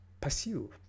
pursue